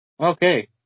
Okay